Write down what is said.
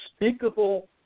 unspeakable